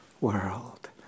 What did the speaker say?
world